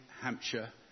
Hampshire